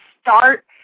start